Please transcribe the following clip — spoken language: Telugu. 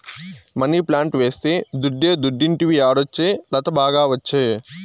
మనీప్లాంట్ వేస్తే దుడ్డే దుడ్డంటివి యాడొచ్చే లత, బాగా ఒచ్చే